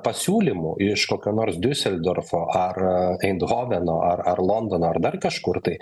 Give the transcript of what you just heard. pasiūlymų iš kokio nors diuseldorfo ar eindhoveno ar ar londono ar dar kažkur tai